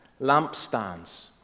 lampstands